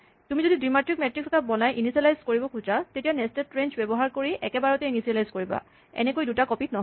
তুমি যদি দ্বিমাত্ৰিক মেট্ৰিক্স এটা বনাই ইনিচিয়েলাইজ কৰিব খোজা তেতিয়া নেস্টেড ৰেঞ্জ ব্যৱহাৰ কৰি একেবাৰতে ইনিচিয়েলাইজ কৰিবা এনেকৈ দুটা কপি ত নহয়